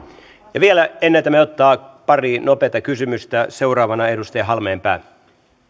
vielä ehdimme ottaa pari nopeaa kysymystä seuraavana edustaja halmeenpää